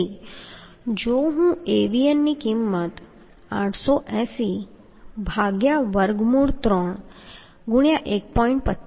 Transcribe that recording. તેથી જો હું Avn ની કિંમત 880 ભાગ્યા વર્ગમૂળ 3 ગુણ્યાં 1